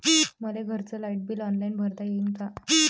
मले घरचं light bill online भरता येईन का?